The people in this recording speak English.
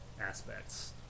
aspects